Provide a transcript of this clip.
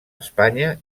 espanya